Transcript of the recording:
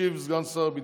ישיב סגן שר הביטחון.